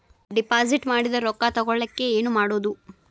Deposit ಮಾಡಿದ ರೊಕ್ಕ ತಗೋಳಕ್ಕೆ ಏನು ಮಾಡೋದು?